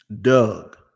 Doug